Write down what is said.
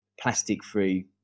plastic-free